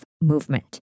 movement